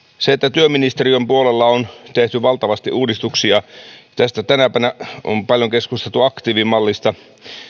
työministeriön puolella on tehty valtavasti uudistuksia tänä päivänä on paljon keskusteltu aktiivimallista